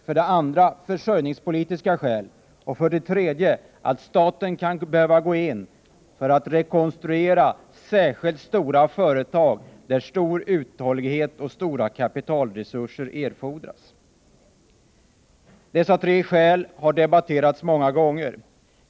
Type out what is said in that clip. För det andra gäller det försörjningspolitiska skäl. För det tredje gäller att staten kan behöva gå in för att rekonstruera särskilt stora företag, där stor uthållighet och stora kapitalresurser erfordras. Dessa tre skäl har debatterats många gånger.